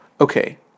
Okay